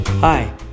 Hi